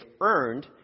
earned